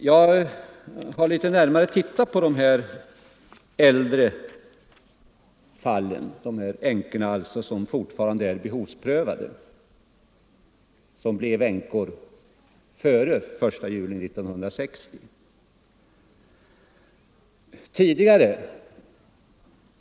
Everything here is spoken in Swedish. Jag har tittat litet närmare på de fall som gäller dem som blev änkor före den 1 juli 1960 och vilkas änkepension fortfarande är behovsprövad.